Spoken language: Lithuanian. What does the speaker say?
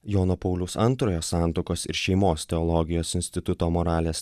jono pauliaus antrojo santuokos ir šeimos teologijos instituto moralės